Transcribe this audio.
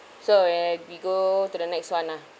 so let we go to the next one ah